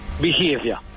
behavior